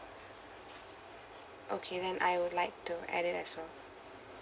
okay then I would like to add it as well